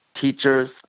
teachers